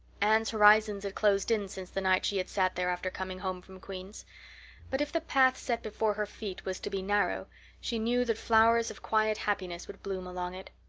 anne's horizons had closed in since the night she had sat there after coming home from queen's but if the path set before her feet was to be narrow she knew that flowers of quiet happiness would bloom along it.